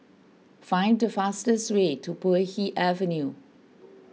find the fastest way to Puay Hee Avenue